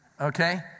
Okay